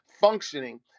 functioning